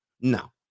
No